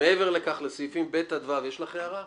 מעבר לכך, לסעיפים (ב) עד (ו) יש לך הערה?